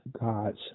God's